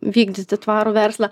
vykdyti tvarų verslą